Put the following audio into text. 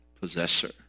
possessor